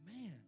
man